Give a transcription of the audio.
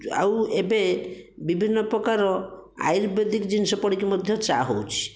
ଆଉ ଏବେ ବିଭିନ୍ନ ପ୍ରକାର ଆୟୁର୍ବେଦିକ ଜିନିଷ ପଡ଼ିକି ମଧ୍ୟ ଚା ହେଉଛି